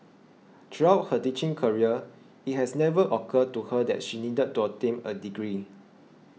throughout her teaching career it has never occurred to her that she needed to obtain a degree